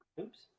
Oops